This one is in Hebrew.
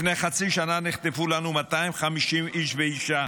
לפני חצי שנה נחטפו לנו 250 איש ואישה